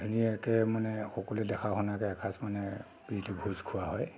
ধুনীয়াকৈ মানে সকলোৱে দেখা শুনাকৈ এসাঁজ মানে প্ৰীতি ভোজ খোৱা হয়